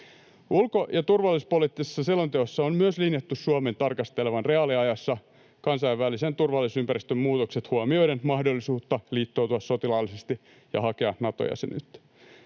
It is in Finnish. Ulko‑ ja turvallisuuspoliittisessa selonteossa on myös linjattu Suomen tarkastelevan reaaliajassa kansainvälisen turvallisuusympäristön muutokset huomioiden mahdollisuutta liittoutua sotilaallisesti ja hakea Nato-jäsenyyttä.